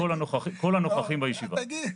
כל הנוכחים בישיבה.